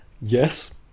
Yes